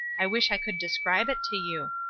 i wish i could describe it to you.